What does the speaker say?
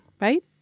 right